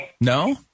No